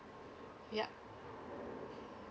ya